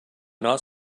not